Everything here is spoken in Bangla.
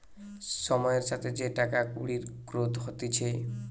সময়ের সাথে যে টাকা কুড়ির গ্রোথ হতিছে